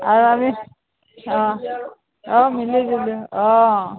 আৰু আমি অ মিলি জুলি অ